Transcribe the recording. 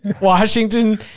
Washington